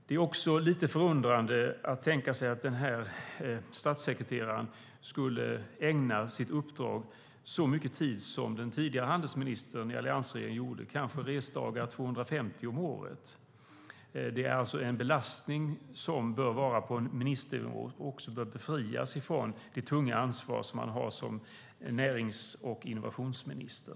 Det är dessutom lite underligt att tänka sig att statssekreteraren i fråga skulle ägna sitt uppdrag så mycket tid som den tidigare handelsministern i alliansregeringen gjorde, med kanske 250 resdagar om året. Det är alltså en belastning som bör ligga på ministernivå och Mikael Damberg bör befrias från den med tanke på det tunga ansvar han har som närings och innovationsminister.